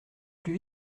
plus